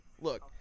look